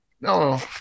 no